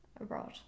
abroad